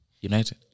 united